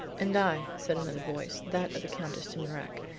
and i, said another voice, that of the countess de mirac,